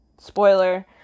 spoiler